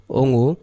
ongu